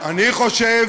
אני חושב